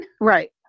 right